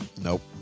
Nope